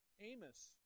Amos